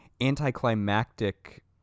anticlimactic